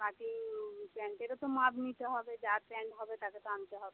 cutting প্যান্টেরও তো মাপ নিতে হবে যার প্যান্ট হবে তাকে তো আনতে হবে